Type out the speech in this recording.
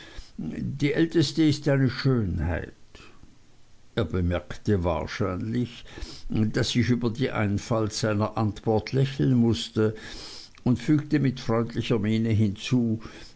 die älteste ist eine schönheit er bemerkte wahrscheinlich daß ich über die einfalt seiner antwort lächeln mußte und fügte mit freundlicher miene hinzu